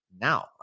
now